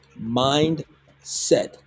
Mindset